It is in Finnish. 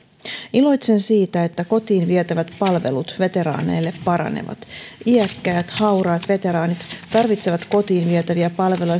iloitsen siitä että kotiin vietävät palvelut veteraaneille paranevat iäkkäät hauraat veteraanit tarvitsevat kotiin vietäviä palveluja